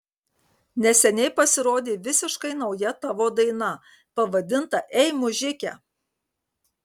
neseniai pasirodė visiškai nauja tavo daina pavadinta ei mužike